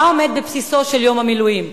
מה עומד בבסיסו של יום המילואים?